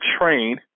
train